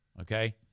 Okay